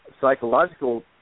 psychological